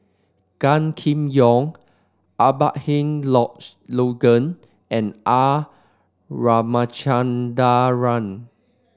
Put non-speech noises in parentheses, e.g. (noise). Gan Kim Yong Abraham (unintelligible) Logan and R Ramachandran